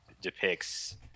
depicts